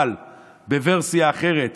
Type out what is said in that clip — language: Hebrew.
אבל בוורסיה אחרת